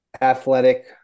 athletic